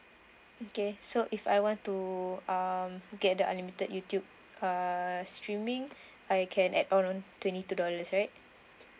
okay so if I want to um get the unlimited youtube uh streaming I can add on twenty two dollars right